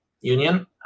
union